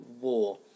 war